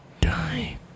die